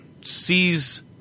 sees